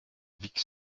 vicq